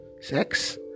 sex